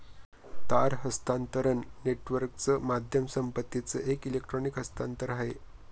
तार हस्तांतरण नेटवर्कच माध्यम संपत्तीचं एक इलेक्ट्रॉनिक हस्तांतरण आहे